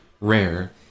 rare